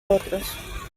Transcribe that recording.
otros